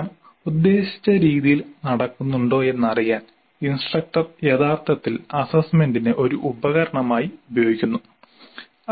പഠനം ഉദ്ദേശിച്ച രീതിയിൽ നടക്കുന്നുണ്ടോയെന്നറിയാൻ ഇൻസ്ട്രക്ടർ യഥാർത്ഥത്തിൽ അസ്സസ്സ്മെന്റിനെ ഒരു ഉപകരണമായി ഉപയോഗിക്കുന്നു